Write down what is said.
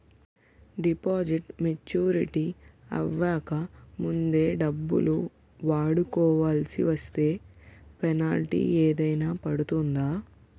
Deposit maturity అవ్వక ముందే డబ్బులు వాడుకొవాల్సి వస్తే పెనాల్టీ ఏదైనా పడుతుందా?